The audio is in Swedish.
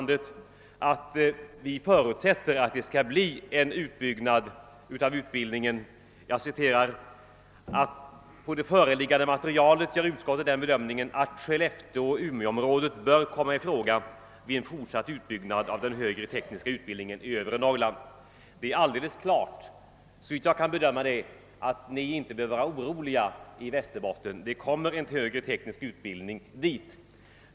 Det står i utlåtandet: »Utskottet vill för sin del på det föreliggande materialet göra den bedömningen att Skellefteå-Umeåområdet bör komma i fråga vid en fortsatt utbyggnad av den högre tekniska utbildningen i övre Norrland.» Det är alldeles uppenbart, såvitt jag kan bedöma det, att ni inte behöver vara oroliga i Västerboiten; det kommer en högre teknisk utbildning dit.